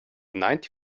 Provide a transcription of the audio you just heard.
ninety